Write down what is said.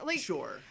Sure